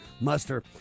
muster